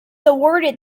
awarded